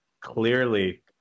Clearly